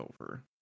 over